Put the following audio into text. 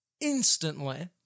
instantly